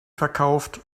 verkauft